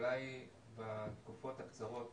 אולי בתקופות הקצרות,